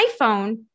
iPhone